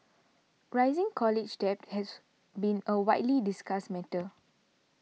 rising college debt has been a widely discussed matter